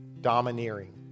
Domineering